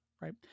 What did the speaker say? right